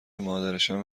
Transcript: مادرشم